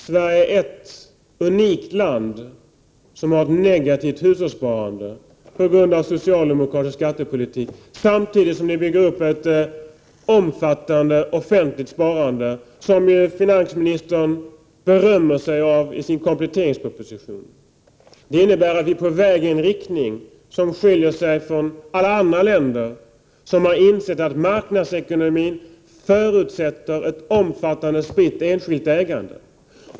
Sverige är ett unikt land som har ett negativt hushållssparande på grund av socialdemokraternas skattepolitik samtidigt som regeringen bygger RA ondernas aktieköp upp ett omfattande offentligt sparande, som finansministern berömmer sig av i sin kompletteringsproposition. Det innebär att vi är på väg i en riktning som skiljer sig från den i alla andra länder, vilka har insett att marknadsekonomin förutsätter ett omfattande och spritt enskilt ägande.